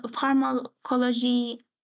pharmacology